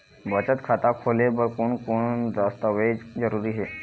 बचत खाता खोले बर कोन कोन दस्तावेज जरूरी हे?